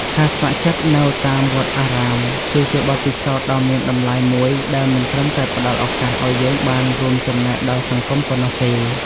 ការស្ម័គ្រចិត្តនៅតាមវត្តអារាម គឺជាបទពិសោធន៍ដ៏មានតម្លៃមួយ ដែលមិនត្រឹមតែផ្ដល់ឱកាសឱ្យយើងបានរួមចំណែកដល់សង្គមប៉ុណ្ណោះទេ ។